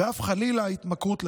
ואף חלילה התמכרות אליהם.